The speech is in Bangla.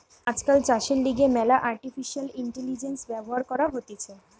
আজকাল চাষের লিগে ম্যালা আর্টিফিশিয়াল ইন্টেলিজেন্স ব্যবহার করা হতিছে